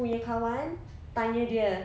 punya kawan tanya dia